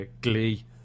Glee